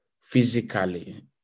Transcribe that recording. physically